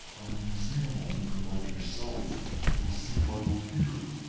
a museum owner like yourself will see why we're here.